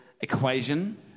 equation